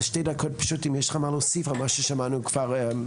אז שתי דקות פשוט אם יש לך מה להוסיף על מה ששמענו כבר קודם.